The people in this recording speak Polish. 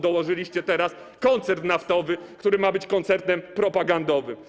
Dołożyliście teraz koncern naftowy, który ma być koncernem propagandowym.